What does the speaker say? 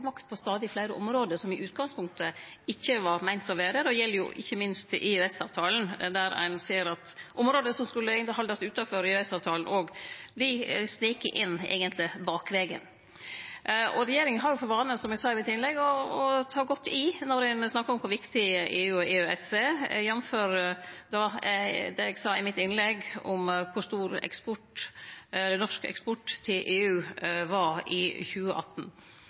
makt på stadig fleire område der dei i utgangspunktet ikkje var meint å ha det. Det gjeld ikkje minst EØS-avtalen, der ein ser at område som eigentleg skulle haldast utanfor EØS-avtalen, òg eigentleg vert snikne inn bakvegen. Regjeringa har jo for vane, som eg sa i innlegget mitt, å ta godt i når ein snakkar om kor viktig EU og EØS er, jf. det eg sa i innlegget mitt om kor stor den norske eksporten til EU var i 2018.